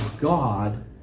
God